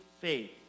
faith